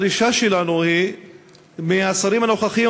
הדרישה שלנו מהשרים הנוכחיים,